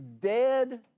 dead